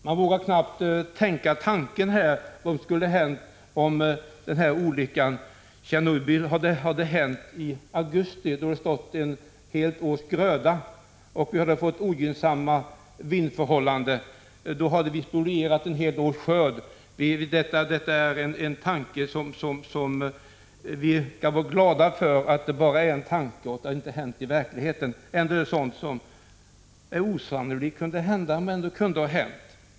Man vågar knappt tänka tanken vad som skulle ha inträffat om olyckan i Tjernobyl hade hänt i augusti, då ett helt års gröda stod ute. Vid ogynnsamma vindförhållanden hade vi då kunnat få ett helt års skörd spolierad. Vi skall vara glada för att det bara är en tanke och inte något som hänt i verkligheten. Det är visserligen osannolikt, men det kunde ändå ha hänt.